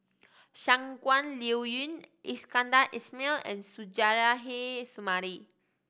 Shangguan Liuyun Iskandar Ismail and Suzairhe Sumari